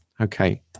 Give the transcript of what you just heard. okay